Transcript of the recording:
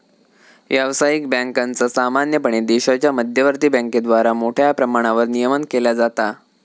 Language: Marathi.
व्यावसायिक बँकांचा सामान्यपणे देशाच्या मध्यवर्ती बँकेद्वारा मोठ्या प्रमाणावर नियमन केला जाता